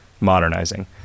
modernizing